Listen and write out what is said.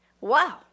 Wow